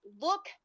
look